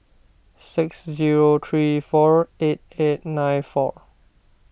six zero three four eight eight nine four